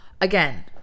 Again